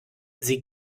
sie